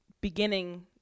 beginning